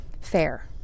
Fair